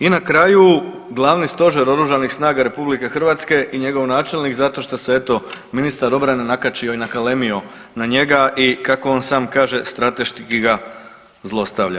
I na kraju Glavni stožer Oružanih snaga RH i njegov načelnik zato što se eto ministar obrane nakačio i nakalemio na njega i kako on sam kaže strateški ga zlostavlja.